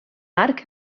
arc